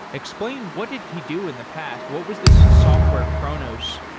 explain what did he do in the past? what was this software kronos?